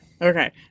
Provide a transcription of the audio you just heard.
Okay